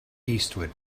eastward